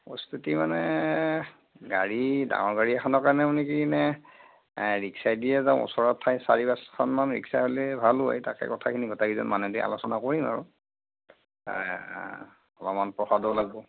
প্ৰস্তুতি মানে গাড়ী ডাঙৰ গাড়ী এখনকে লওঁ নেকি নে এ ৰিক্সাইদিয়ে যাওঁ ওচৰৰ ঠাই চাৰি পাঁচখনমান ৰিক্সা হ'লিয়ে ভাল হয় তাকে কথাখিনি গোটেইকেইজন মানুহেদি আলোচনা কৰিম আৰু অলপমান প্ৰসাদো লাগিব